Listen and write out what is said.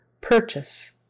purchase